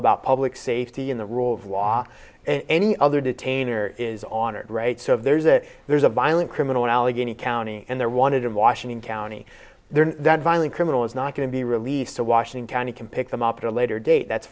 about public safety and the rule of law and any other detainer is on it right so there's a there's a violent criminal in allegheny county and they're wanted in washington county there that violent criminal is not going to be released to washington he can pick them up at a later date that's